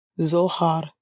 Zohar